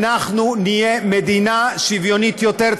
אנחנו נהיה מדינה שוויונית יותר,